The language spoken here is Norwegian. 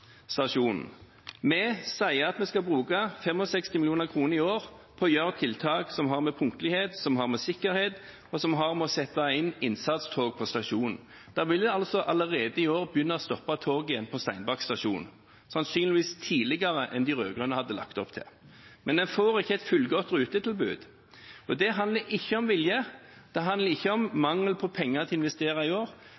stasjonen. Vi sier at vi skal bruke 65 mill. kr i år på tiltak som har å gjøre med punktlighet, med sikkerhet og med det å sette inn innsatstog på stasjonen. Det vil allerede i år begynne å stoppe tog igjen på Steinberg stasjon – sannsynligvis tidligere enn de rød-grønne hadde lagt opp til. Men en får ikke et fullgodt rutetilbud, og det handler ikke om vilje, det handler ikke om